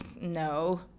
No